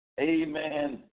amen